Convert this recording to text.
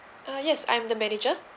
uh yes I'm the manager